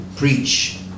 preach